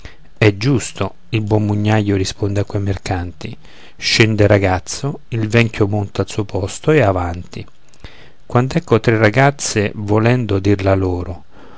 è giusto il buon mugnaio risponde a quei mercanti scende il ragazzo il vecchio monta al suo posto e avanti quand'ecco tre ragazze volendo dir la loro